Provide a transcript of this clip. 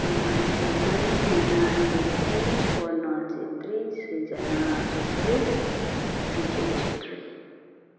Suman Chhetri Neha Chhetri Swarna Chhetri Srijana Chhetri Vijay Chhetri